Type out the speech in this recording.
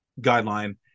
guideline